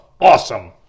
awesome